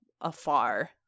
afar